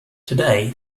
today